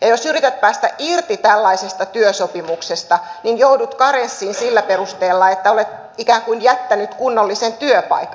jos yrittää päästä irti tällaisesta työsopimuksesta niin joudut karenssiin sillä perusteella että olet ikään kuin jättänyt kunnollisen työpaikan